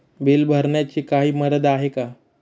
Bill भरण्याची काही मर्यादा आहे का?